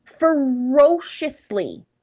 ferociously